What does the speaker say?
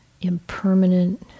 impermanent